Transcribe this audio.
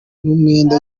n’umwenda